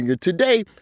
Today